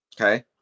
Okay